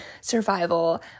survival